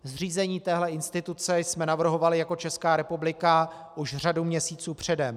Zřízení téhle instituce jsme navrhovali jako Česká republika už řadu měsíců předem.